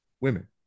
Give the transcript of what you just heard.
women